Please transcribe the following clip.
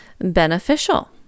beneficial